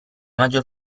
maggior